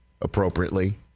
appropriately